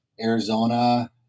Arizona